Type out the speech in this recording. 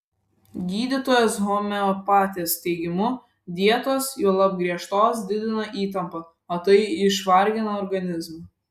gydytojos homeopatės teigimu dietos juolab griežtos didina įtampą o tai išvargina organizmą